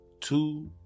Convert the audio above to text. two